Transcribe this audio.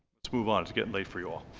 let's move on it's getting late for you